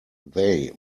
they